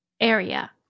area